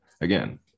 again